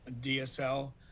DSL